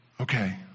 Okay